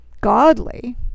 godly